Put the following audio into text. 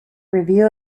review